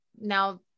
Now